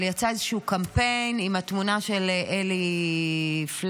יצא איזשהו קמפיין עם התמונה של אלי פלדשטיין,